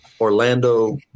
Orlando